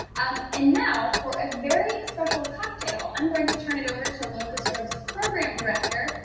um, and now for a very special cocktail, i'm going to turn it over to locust grove's program director,